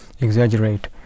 exaggerate